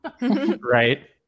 Right